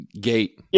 gate